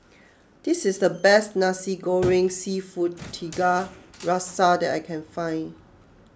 this is the best Nasi Goreng Seafood Tiga Rasa that I can find